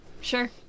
sure